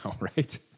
right